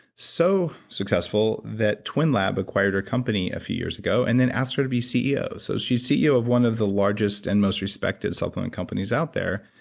so successful that twinlab acquired her company a few years ago and then asked her to be ceo. so she's ceo of one of the largest and most respected supplement companies out there,